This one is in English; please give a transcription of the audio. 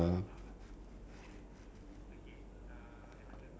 like the older generation people Facebook ah cause they are used to it already